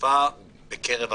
האכיפה בקרב החרדים,